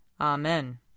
Amen